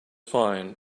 fine